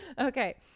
Okay